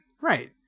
Right